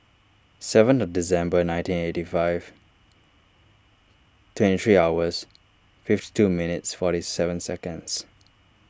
seventh of December nineteen eighty five twenty three hours fifty two minutes forty seven seconds